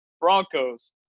Broncos